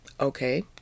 Okay